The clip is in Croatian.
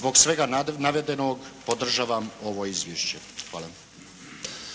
Zbog svega navedenog, podržavam ovo izvješće. Hvala.